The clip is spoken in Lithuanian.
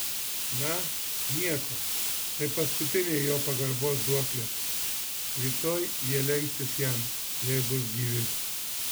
na nieko tai paskutinė jo pagarbos duoklė rytoj jie lenksis jam jeigu bus gyvi